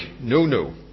no-no